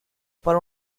por